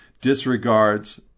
disregards